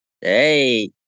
Hey